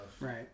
right